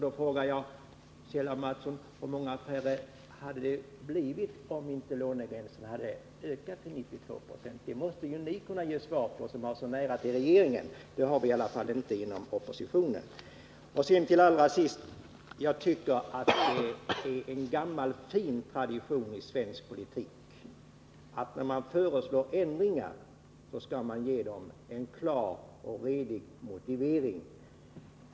Då frågar jag Kjell Mattsson: Hur många färre hade det blivit om lånegränsen inte hade höjts till 92 26? Det måste ju ni kunna ge svar på som har så nära till regeringen — det har vi i alla fall inte inom oppositionen. Till allra sist! Jag tycker att det är en gammal fin tradition i svensk politik att man, när man föreslår ändringar, skall ge dem en klar och redig motivering.